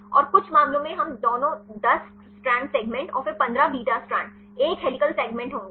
और कुछ मामलों में हम दोनों 10 स्ट्रैंड्स सेग्मेंट और फिर 15 बीटा स्ट्रैंड एक हेलिकल सेगमेंट होंगे